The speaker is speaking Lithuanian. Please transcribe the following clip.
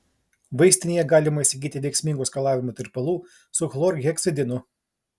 vaistinėje galima įsigyti veiksmingų skalavimo tirpalų su chlorheksidinu